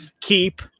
keep